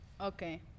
okay